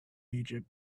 egypt